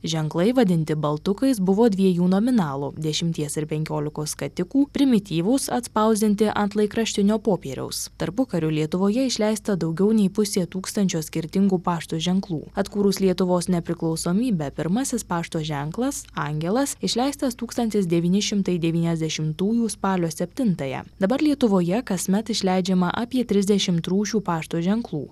ženklai vadinti baltukais buvo dviejų nominalų dešimties ir penkiolikos skatikų primityvūs atspausdinti ant laikraštinio popieriaus tarpukariu lietuvoje išleista daugiau nei pusė tūkstančio skirtingų pašto ženklų atkūrus lietuvos nepriklausomybę pirmasis pašto ženklas angelas išleistas tūkstantis devyni šimtai devyniasdešimtųjų spalio septintąją dabar lietuvoje kasmet išleidžiama apie trisdešimt rūšių pašto ženklų